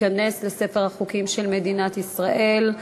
ותיכנס לספר החוקים של מדינת ישראל.